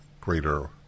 greater